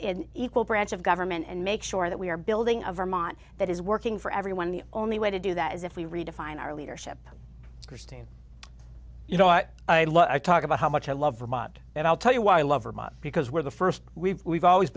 and equal branch of government and make sure that we are building a vermont that is working for everyone the only way to do that is if we redefine our leadership christine you know what i love i talk about how much i love vermont and i'll tell you why i love her money because we're the first we've we've always